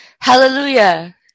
Hallelujah